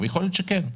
יכול להיות שכן,